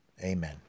Amen